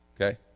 okay